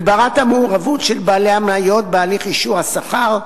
הגברת המעורבות של בעלי המניות בהליך אישור השכר,